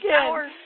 Hours